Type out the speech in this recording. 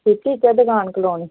दिक्खी उत्थै दकान कलोनी